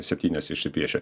septynias išsipiešę